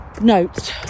notes